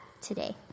today